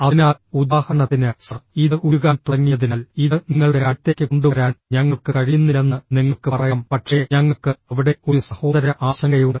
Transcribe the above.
അതിനാൽ ഉദാഹരണത്തിന് സർ ഇത് ഉരുകാൻ തുടങ്ങിയതിനാൽ ഇത് നിങ്ങളുടെ അടുത്തേക്ക് കൊണ്ടുവരാൻ ഞങ്ങൾക്ക് കഴിയുന്നില്ലെന്ന് നിങ്ങൾക്ക് പറയാം പക്ഷേ ഞങ്ങൾക്ക് അവിടെ ഒരു സഹോദര ആശങ്കയുണ്ട്